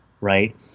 Right